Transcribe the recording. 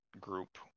group